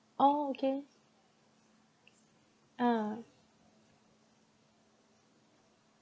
oh okay uh